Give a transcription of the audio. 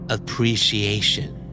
Appreciation